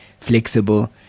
flexible